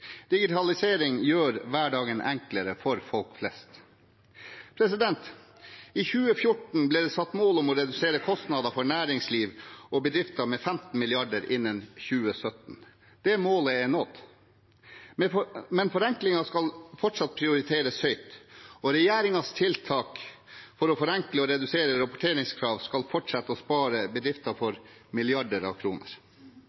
Digitalisering gjør hverdagen enklere for folk flest. I 2014 ble det satt mål om å redusere kostnader for næringsliv og bedrifter med 15 mrd. kr innen 2017. Det målet er nådd. Men forenklinger skal fortsatt prioriteres høyt, og regjeringens tiltak for å forenkle og redusere rapporteringskrav skal fortsette å spare bedrifter